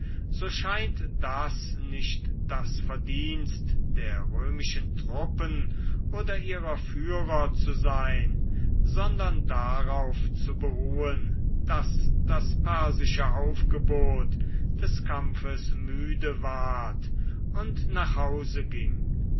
so scheint das nicht das verdienst der römischen truppen oder ihrer führer zu sein sondern darauf zu beruhen daß das persische aufgebot des kampfes müde ward und nach hause ging